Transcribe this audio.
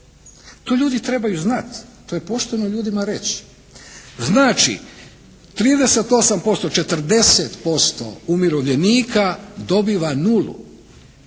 To ljudi trebaju znati, to je pošteno ljudima reći. Znači 38%, 40% umirovljenika dobiva nulu.